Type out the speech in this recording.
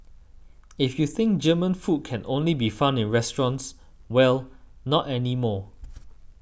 if you think German food can only be found in restaurants well not anymore